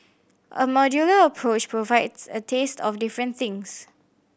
a modular approach provides a taste of different things